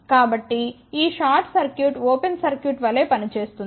కాబట్టి ఈ short circuit open circuit వలె పనిచేస్తుంది